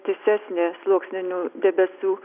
tiesesnė sluoksninių debesų